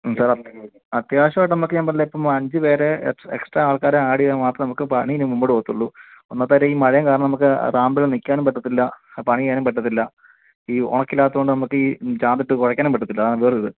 അത്യാവശ്യമായിട്ട് നമുക്ക് ചെയ്യാൻ പറ്റുന്നത് ഇപ്പം അഞ്ച് പേരെ എക്സ് എക്സ്ട്രാ ആൾക്കാരെ ആഡ് ചെയ്താൽ മാത്രമേ നമുക്ക് പണി ഇനി മുമ്പോട്ട് പോവുള്ളൂ ഇന്നത്തെ ഈ മഴയും കാരണം നമുക്ക് ഈ റാമ്പിൽ നിൽക്കാനും പറ്റില്ല പണി ചെയ്യാനും പറ്റില്ല ഈ ഉണക്ക് ഇല്ലാത്തതുകൊണ്ട് നമുക്ക് ഈ ചാമ്പ് ഇട്ട് കുഴയ്ക്കാനും പറ്റില്ല അതാണ് വേറെ ഇത്